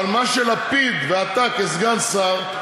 אבל לפיד ואתה כסגן שר,